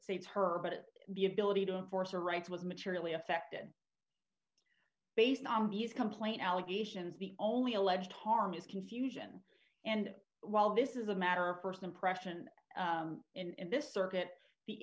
save her but the ability to enforce are rife with materially affected based on these complaint allegations the only alleged harm is confusion and while this is a matter of st impression in this circuit the